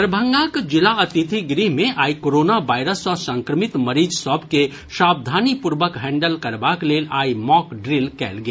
दरभंगाक जिला अतिथि गृह मे आइ कोरोना वायरस सँ संक्रमित मरीज सभ के सावधानी पूर्वक हैंडल करबाक लेल आइ मॉक ड्रिल कयल गेल